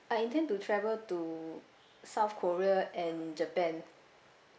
I intend to travel to south korea and japan